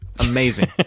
Amazing